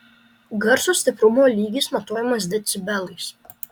garso stiprumo lygis matuojamas decibelais